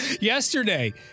Yesterday